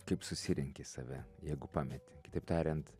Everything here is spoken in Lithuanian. kaip susirenki save jeigu pametei kitaip tariant